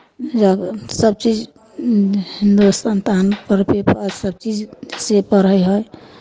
जाग सभचीज हिन्दुस्तान पेपर सभचीज जइसे पढ़ै हइ